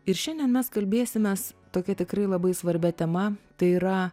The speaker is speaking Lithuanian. ir šiandien mes kalbėsimės tokia tikrai labai svarbia tema tai yra